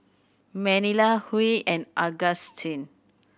Manilla Huy and Augustin